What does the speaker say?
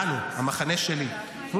בין אם בתוך המפלגה שלי,